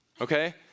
okay